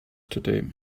today